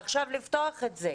עכשיו לפתוח את זה